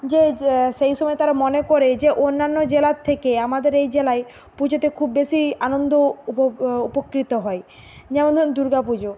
যে যে সেই সময় তারা মনে করে যে অন্যান্য জেলার থেকে আমাদের এই জেলায় পুজোতে খুব বেশি আনন্দ উপ উপকৃত হয় যেমন ধরুন দুর্গা পুজো